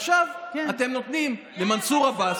ועכשיו אתם נותנים למנסור עבאס,